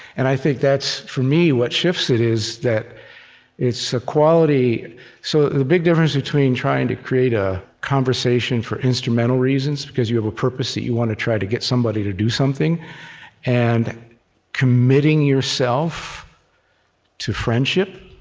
and i think that's, for me, what shifts it, is that it's a quality so the big difference between trying to create a conversation for instrumental reasons because you have a purpose that you want to try to get somebody to do something and committing yourself to friendship,